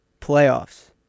playoffs